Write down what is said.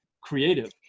creative